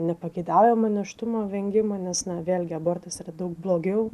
nepageidaujamo nėštumo vengimą nes na vėlgi abortas yra daug blogiau